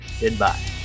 goodbye